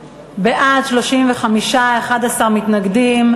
בעד, 35, 11 מתנגדים.